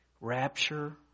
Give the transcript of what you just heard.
Rapture